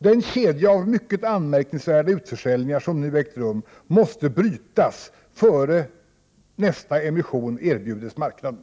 Den kedja av mycket anmärkningsvärda utförsäljningar som nu ägt rum måste brytas innan nästa emission erbjuds marknaden.